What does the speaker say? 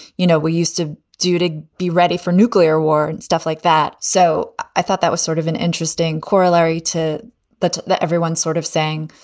you know, we used to do to be ready for nuclear war and stuff like that. so i thought that was sort of an interesting corollary to that, that everyone's sort of saying,